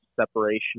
separation